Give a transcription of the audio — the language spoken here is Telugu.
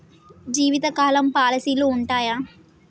జీవితకాలం పాలసీలు ఉంటయా?